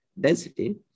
density